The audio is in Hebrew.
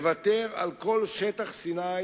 לוותר על כל שטח סיני